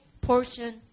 portion